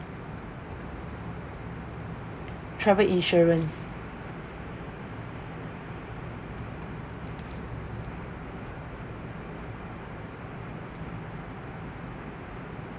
travel insurance